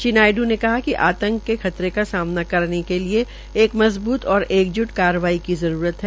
श्री नायडू ने कहा कि आंतक के खतरे का सामना करने के लिए एक मजबूत और एक जूट कार्रवाई की जरूरत है